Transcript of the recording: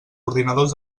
ordinadors